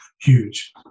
huge